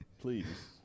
Please